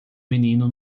menino